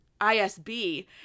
isb